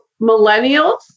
millennials